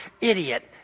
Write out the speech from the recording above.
idiot